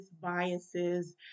biases